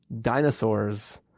dinosaurs